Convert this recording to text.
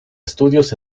estudios